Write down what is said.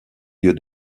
lieu